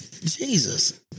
Jesus